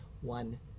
one